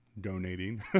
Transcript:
donating